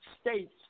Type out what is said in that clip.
states